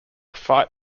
fight